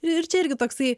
ir čia irgi toksai